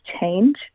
change